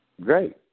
great